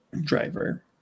driver